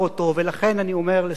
ולכן אני אומר לסיום: